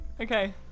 okay